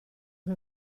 che